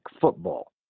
football